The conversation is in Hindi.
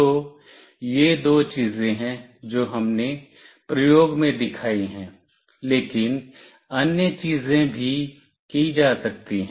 तो ये दो चीजें हैं जो हमने प्रयोग में दिखाई हैं लेकिन अन्य चीजें भी की जा सकती हैं